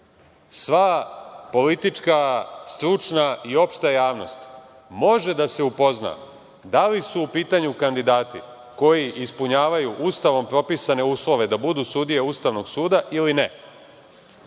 sva politička, stručna i opšta javnost može da se upozna da li su u pitanju kandidati koji ispunjavaju Ustavom propisane uslove da budu sudije ustavnog suda ili ne?